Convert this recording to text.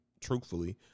truthfully